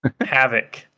Havoc